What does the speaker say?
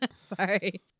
Sorry